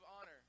honor